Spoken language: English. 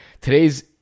today's